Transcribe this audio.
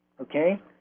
okay